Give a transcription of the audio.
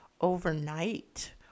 overnight